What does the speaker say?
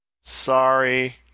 Sorry